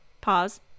Pause